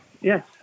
Yes